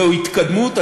זו התקדמות.